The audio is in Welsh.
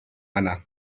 yna